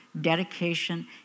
dedication